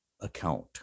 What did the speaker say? account